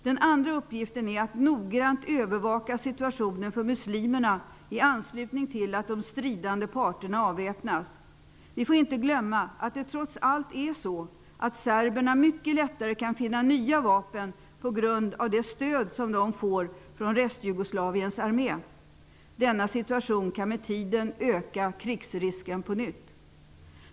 Den andra uppgiften är att noggrant övervaka situationen för muslimerna i anslutning till att de stridande parterna avväpnas. Vi får inte glömma att det trots allt är så att serberna mycket lättare kan finna nya vapen på grund av det stöd som de får från rest-Jugoslaviens armé. Denna situation kan med tiden öka krigsrisken på nytt.